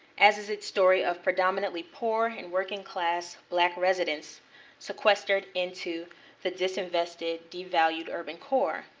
as is its story of predominantly poor and working class black residents sequestered into the disinvested, devalued urban core,